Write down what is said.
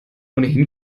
ohnehin